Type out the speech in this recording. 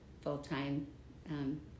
full-time